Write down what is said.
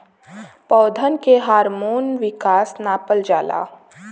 पौधन के हार्मोन विकास नापल जाला